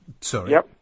sorry